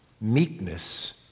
meekness